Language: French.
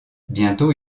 bientôt